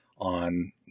on